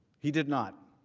he did not.